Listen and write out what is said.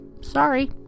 Sorry